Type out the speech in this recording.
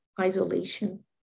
isolation